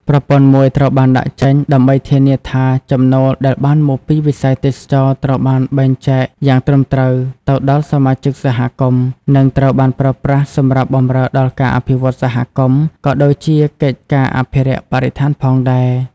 ប្រព័ន្ធមួយត្រូវបានដាក់ចេញដើម្បីធានាថាចំណូលដែលបានមកពីវិស័យទេសចរណ៍ត្រូវបានបែងចែកយ៉ាងត្រឹមត្រូវទៅដល់សមាជិកសហគមន៍ និងត្រូវបានប្រើប្រាស់សម្រាប់បម្រើដល់ការអភិវឌ្ឍសហគមន៍ ក៏ដូចជាកិច្ចការអភិរក្សបរិស្ថានផងដែរ។